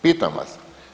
Pitam vas.